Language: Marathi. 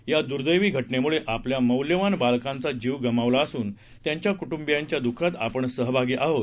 या दुर्दैवी घटनेमुळे आपण मौल्यवान बालकांचा जीव गमावला असून त्यांच्या कुटुंबियांच्या दःखात आपण सहभागी आहोत